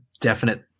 definite